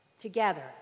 together